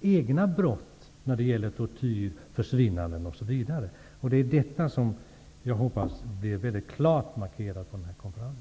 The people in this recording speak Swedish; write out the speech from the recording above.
egna brott när det gäller tortyr, försvinnanden osv. Detta hoppas jag blir klart markerat på Wienkonferensen.